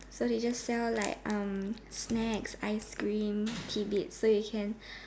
so they just sell like um snacks ice cream tidbits so you can